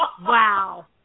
Wow